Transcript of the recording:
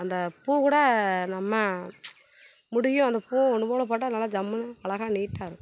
அந்த பூ கூட நம்ம முடியும் அந்த பூவும் ஒன்று போல் போட்டால் நல்லா ஜம்முனு அழகா நீட்டாக இருக்கும்